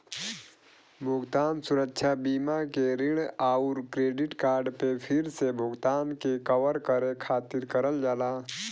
भुगतान सुरक्षा बीमा के ऋण आउर क्रेडिट कार्ड पे फिर से भुगतान के कवर करे खातिर करल जाला